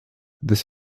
this